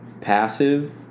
passive